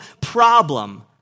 problem